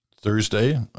Thursday